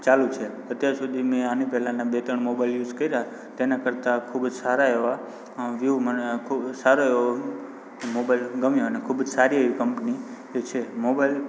ચાલુ છે અત્યાર સુધી મેં આની પહેલાંના બે ત્રણ મોબાઈલ યુઝ કર્યા તેના કરતાં ખૂબ જ સારા એવા વ્યુ મને ખૂબ જ સારો એવો મોબાઈલ ગમ્યો અને ખૂબ જ સારી એવી કંપની છે મોબાઈલ